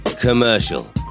commercial